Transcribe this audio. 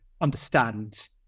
understand